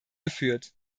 geführt